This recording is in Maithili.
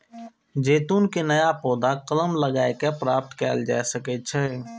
जैतून के नया पौधा कलम लगाए कें प्राप्त कैल जा सकै छै